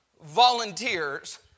volunteers